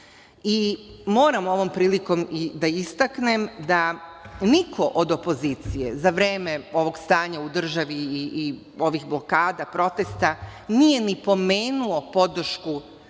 ovom prilikom da istaknem da niko od opozicije za vreme ovog stanja u državi i ovih blokada, protesta, nije ni pomenuo podršku